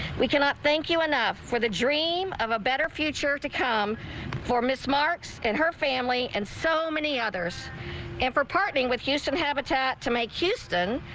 we cannot thank you enough for the dream of a better future to come for miss marks and her family and so many others and for parting with houston habitat to make houston.